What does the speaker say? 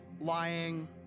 lying